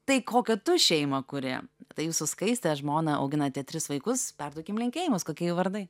tai kokią tu šeimą kuri tai jūs su skaiste žmona auginate tris vaikus perduokim linkėjimus kokie jų vardai